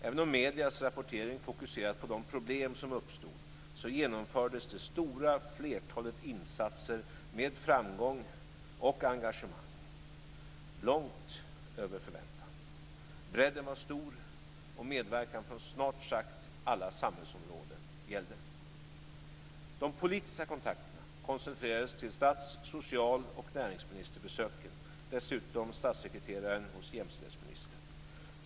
Även om mediernas rapportering fokuserat på de problem som uppstod genomfördes det stora flertalet insatser med framgång och engagemang långt över förväntan. Bredden var stor och medverkan från snart sagt alla samhällsområden gällde. De politiska kontakterna koncentrerades till stats-, social och näringsministerbesöken, och dessutom statssekreteraren hos jämställdhetsministern.